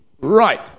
Right